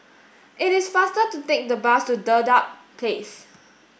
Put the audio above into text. it is faster to take the bus to Dedap Place